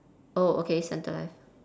oh okay centre left